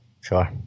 Sure